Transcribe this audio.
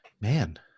man